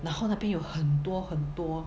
然后那边有很多很多